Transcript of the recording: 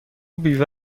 بیوه